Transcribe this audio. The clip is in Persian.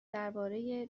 درباره